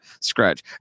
scratch